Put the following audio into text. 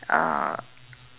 uh